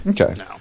Okay